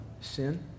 sin